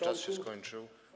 Czas się skończył.